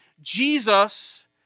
Jesus